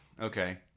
Okay